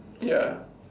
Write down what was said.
ya